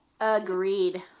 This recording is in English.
Agreed